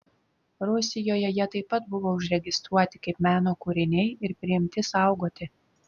rusijoje jie taip pat buvo užregistruoti kaip meno kūriniai ir priimti saugoti